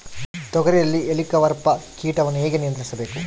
ತೋಗರಿಯಲ್ಲಿ ಹೇಲಿಕವರ್ಪ ಕೇಟವನ್ನು ಹೇಗೆ ನಿಯಂತ್ರಿಸಬೇಕು?